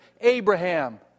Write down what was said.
Abraham